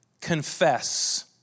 confess